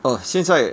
orh 现在